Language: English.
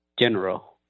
general